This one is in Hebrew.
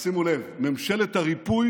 אז שימו לב, ממשלת הריפוי